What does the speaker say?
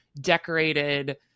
decorated